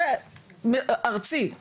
זה ארצי,